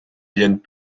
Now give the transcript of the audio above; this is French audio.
viennent